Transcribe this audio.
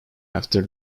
after